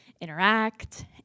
interact